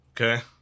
Okay